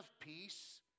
peace